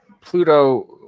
Pluto